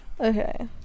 Okay